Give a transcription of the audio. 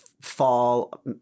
fall